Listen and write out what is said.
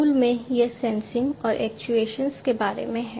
मूल में यह सेंसिंग के बारे में है